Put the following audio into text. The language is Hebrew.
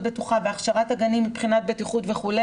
בטוחה והכשרת הגנים מבחינת בטיחות וכו',